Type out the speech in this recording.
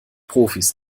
profis